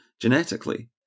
genetically